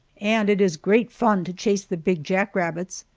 and it is great fun to chase the big jack-rabbits.